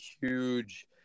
huge